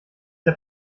der